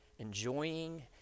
Enjoying